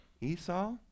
Esau